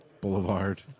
Boulevard